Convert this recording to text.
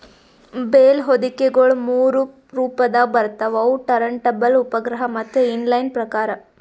bale ಹೊದಿಕೆಗೊಳ ಮೂರು ರೊಪದಾಗ್ ಬರ್ತವ್ ಅವು ಟರಂಟಬಲ್, ಉಪಗ್ರಹ ಮತ್ತ ಇನ್ ಲೈನ್ ಪ್ರಕಾರ್